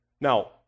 now